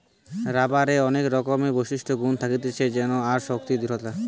রাবারের অনেক রকমের বিশিষ্ট গুন থাকতিছে যেমন তার শক্তি, দৃঢ়তা